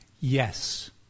Yes